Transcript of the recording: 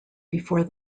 before